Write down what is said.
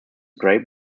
grape